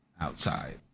outside